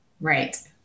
right